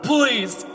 Please